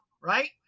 Right